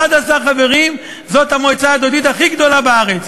11 חברים, זאת המועצה הדתית הכי גדולה בארץ.